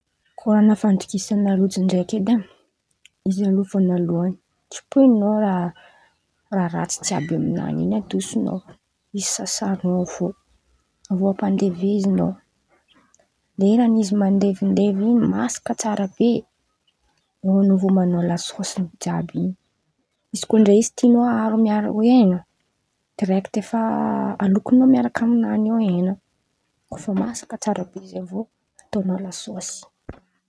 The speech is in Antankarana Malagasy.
Koran̈a fandokisan̈a lojy ndraiky edy e! Izy alôha vônaloan̈y tsopoinin̈ao raha raha ratsy jiàby amin̈any in̈y adoson̈ao izy sasan̈ao avy eo, avy eo ampadevezin̈ao leran̈'izy mandevindevy in̈y masaka tsara be, in̈y an̈ao vao man̈ao lasôsin̈any jiàby in̈y. Izikoa ndraiky izy tian̈ao aharo hen̈a direkity efa alokin̈ao miaraka amin̈any ao hen̈a, kô fa masaka tsara be izy avy eo ataon̈ao sôsy.